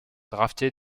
drafté